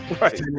Right